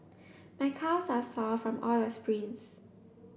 my calves are sore from all the sprints